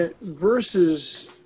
versus